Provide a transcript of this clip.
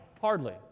Hardly